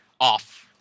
off